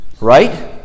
right